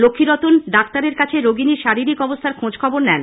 লক্ষ্মীরতন ডাক্তারের কাছে রোগীনির শারীরিক অবস্থার খোঁজখবর নেন